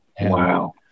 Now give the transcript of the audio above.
Wow